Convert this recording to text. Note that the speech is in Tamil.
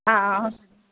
ஆ ஆ ஆ